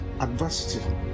adversity